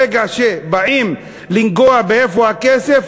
ברגע שבאים לנגוע ב"איפה הכסף?",